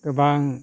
गोबां